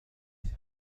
هستم